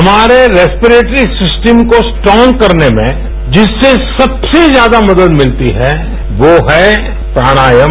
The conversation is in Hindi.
हमारे रेस्पेरेट्री सिस्टम को स्ट्रॉग करने में जिससे सबसे ज्यादा मदद मिलती है वो है प्राणायाम